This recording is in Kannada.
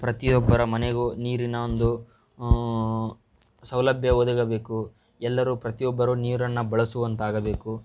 ಪ್ರತಿಯೊಬ್ಬರ ಮನೆಗೂ ನೀರಿನ ಒಂದು ಸೌಲಭ್ಯ ಒದಗಬೇಕು ಎಲ್ಲರೂ ಪ್ರತಿಯೊಬ್ಬರು ನೀರನ್ನು ಬಳಸುವಂತಾಗಬೇಕು